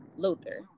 Luther